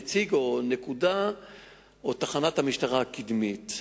נציג או נקודה או תחנת המשטרה הקדמית.